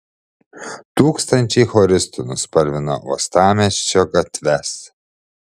tūkstančiai choristų nuspalvino uostamiesčio gatves